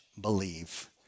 Believe